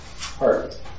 heart